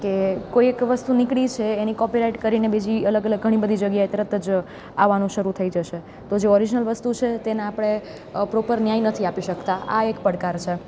કે કોઈ એક વસ્તુ નીકળી છે એની કોપીરાઇટ કરીને બીજી અલગ અલગ ઘણી બધી જગ્યાએ તરત જ આવવાનું શરૂ થઈ જશે તો જે ઓરિજનલ વસ્તુ છે તેને આપણે પ્રોપર ન્યાય નથી આપી શકતા આ એક પડકાર છે